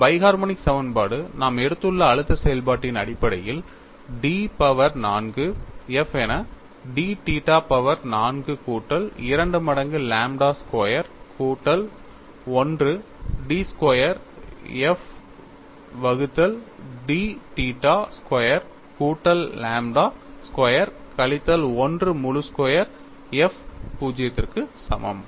இந்த biharmonic சமன்பாடு நாம் எடுத்துள்ள அழுத்த செயல்பாட்டின் அடிப்படையில் d பவர் 4 f என d தீட்டா பவர் 4 கூட்டல் 2 மடங்கு லாம்ப்டா ஸ்கொயர் கூட்டல் 1 d ஸ்கொயர் f வகுத்தல் d தீட்டா ஸ்கொயர் கூட்டல் லாம்ப்டா ஸ்கொயர் கழித்தல் 1 முழு ஸ்கொயர் f 0 க்கு சமம்